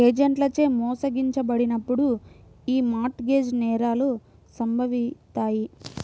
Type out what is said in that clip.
ఏజెంట్లచే మోసగించబడినప్పుడు యీ మార్ట్ గేజ్ నేరాలు సంభవిత్తాయి